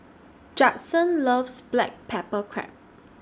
Judson loves Black Pepper Crab